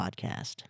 podcast